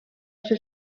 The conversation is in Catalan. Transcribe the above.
ser